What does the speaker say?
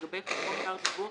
לגבי חשבון בר דיווח